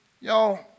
Y'all